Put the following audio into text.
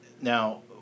now